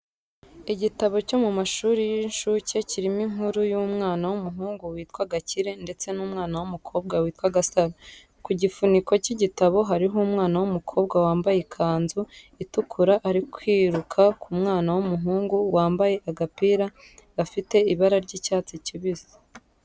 Igitabo cyo mu mashurI y'inshuke kirimo inkuru y'umwana w'umuhungu witwa Gakire ndetse n'umwana w'umukobwa witwa Gasaro. Ku gifuniko cy'igitabo hariho umwana w'umukobwa wambaye ikanzu itukura ari kwiruka ku mwana w'umuhungu wambaye agapira gafite ibara ry'icyatsi kibisi.